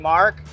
Mark